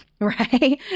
right